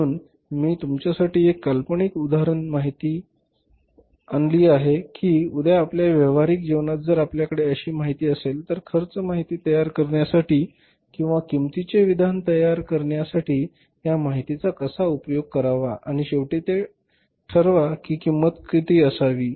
म्हणून मी तुमच्यासाठी एक काल्पनिक उदाहरण माहिती आणली आहे की उद्या आपल्या व्यावहारिक जीवनात जर आपल्याकडे अशी माहिती असेल तर खर्च माहिती तयार करण्यासाठी किंवा किंमतीचे विधान तयार करण्यासाठी या माहितीचा कसा उपयोग करावा आणि शेवटी ते ठरवा किंमत किती असावी